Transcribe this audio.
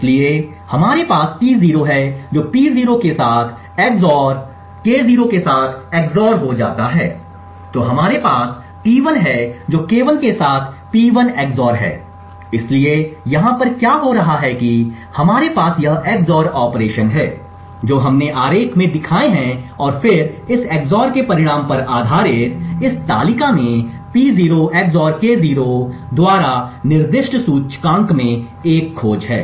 इसलिए हमारे पास T0 है जो P0 के साथ XOR KO के साथ XOR हो जाता है तो हमारे पास T1 है जो K1 के साथ P1 XOR है इसलिए यहाँ पर क्या हो रहा है हमारे पास यह XOR ऑपरेशन हैं जो हमने आरेख में दिखाए हैं और फिर इस XOR के परिणाम पर आधारित इस तालिका में P0 XOR K0 द्वारा निर्दिष्ट सूचकांक में एक खोज है